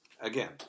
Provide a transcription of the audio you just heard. again